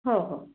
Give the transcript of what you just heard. हो हो